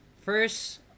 First